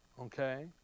Okay